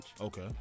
Okay